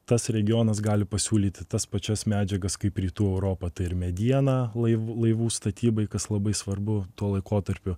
tas regionas gali pasiūlyti tas pačias medžiagas kaip rytų europa tai ir medieną laivų laivų statybai kas labai svarbu tuo laikotarpiu